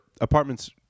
apartments